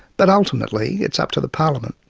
but ultimately, it's up to the parliament,